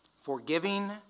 Forgiving